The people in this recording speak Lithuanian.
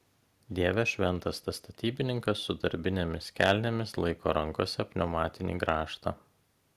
dieve šventas tas statybininkas su darbinėmis kelnėmis laiko rankose pneumatinį grąžtą